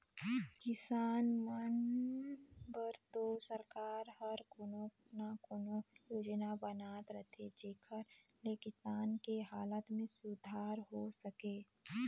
किसान मन बर तो सरकार हर कोनो न कोनो योजना बनात रहथे जेखर ले किसान के हालत में सुधार हो सके